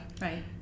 Right